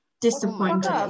Disappointed